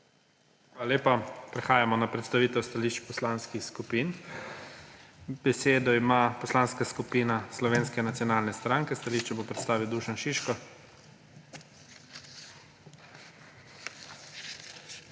Hvala lepa. Prehajamo na predstavitve stališč poslanskih skupin. Besedo ima Poslanska skupina Slovenske nacionalne stranke. Stališče bo predstavil Dušan Šiško.